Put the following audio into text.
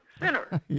sinner